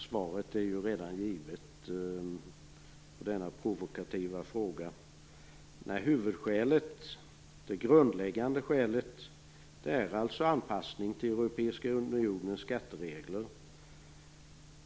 Svaret på denna provokativa fråga är givet: Nej, det grundläggande skälet är anpassningen till Europeiska unionens skatteregler.